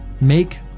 make